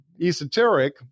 esoteric